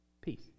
Peace